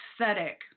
aesthetic